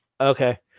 Okay